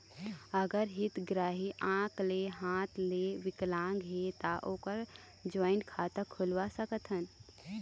अगर हितग्राही आंख ले हाथ ले विकलांग हे ता ओकर जॉइंट खाता खुलवा सकथन?